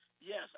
Yes